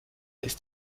ist